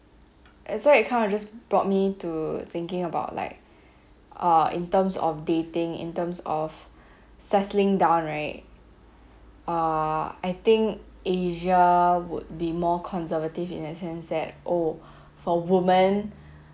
and so it kind of just brought me to thinking about like uh in terms of dating in terms of settling down right uh I think asia would be more conservative in that sense that oh for women